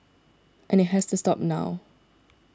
and it has to stop now